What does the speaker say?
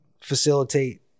facilitate